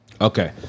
Okay